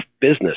business